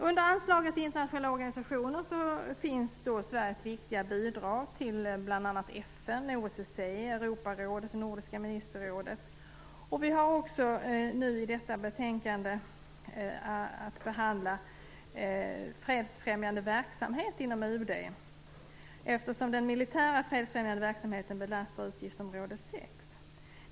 Under anslaget till internationella organisationer finns Sveriges viktiga bidrag till bl.a. FN, OSSE, Europarådet och Nordiska ministerrådet. Vi har också i detta betänkande att behandla fredsfrämjande verksamhet inom UD eftersom den militära fredsfrämjande verksamheten belastar utgiftsområde 6.